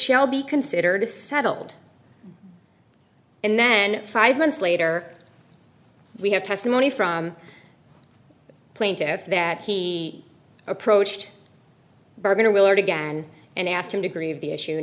shall be considered of settled and then five months later we have testimony from plaintiffs that he approached by going to will again and ask him degree of the issue